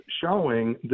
showing